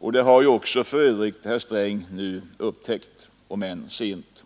Det har för övrigt också herr Sträng upptäckt, om än sent.